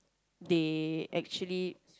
they actually